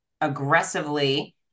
aggressively